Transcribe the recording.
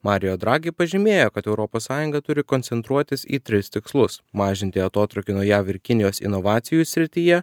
mario dragi pažymėjo kad europos sąjunga turi koncentruotis į tris tikslus mažinti atotrūkį nuo jav ir kinijos inovacijų srityje